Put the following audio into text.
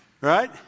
Right